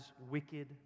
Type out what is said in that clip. wicked